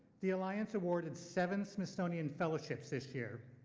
the alliance awarded seven smithsonian fellowships this year.